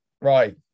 right